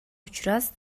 учраас